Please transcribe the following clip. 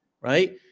right